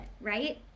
right